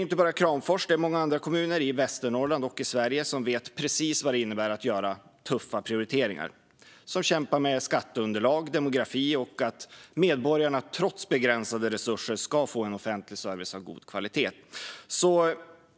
Inte bara Kramfors utan även många andra kommuner i Västernorrland och Sverige vet precis vad det innebär att göra tuffa prioriteringar. Man kämpar med skatteunderlaget och demografin. Trots begränsade resurser ska medborgarna få offentlig service av god kvalitet.